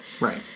Right